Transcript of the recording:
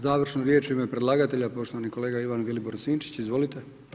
Završnu riječ u ime predlagatelja poštovani kolega Ivan Vilibor Sinčić, izvolite.